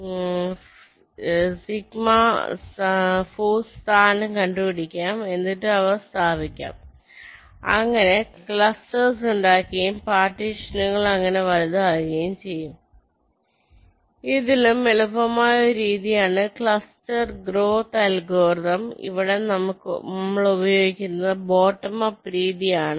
൦ force സ്ഥാനം കണ്ടുപിടിക്കാം എന്നിട് അവിടെ സ്ഥാപിക്കാം അങ്ങനെ ക്ലസ്റ്റർസ് ഉണ്ടാക്കുകയും പാർട്ടീഷനുകൾ അങ്ങനെ വലുതാവുകയും ചെയ്യും ഇതിലും എളുപ്പമായ ഒരു രീതിയാണ് ക്ലസ്റ്റർ ഗ്രോത് അൽഗോരിതം ഇവിടെ നമ്മൾ ഉപയോഗിക്കുന്നത് ബോട്ടം അപ്പ് രീതിയാണ്